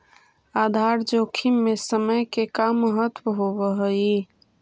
आधार जोखिम में समय के का महत्व होवऽ हई?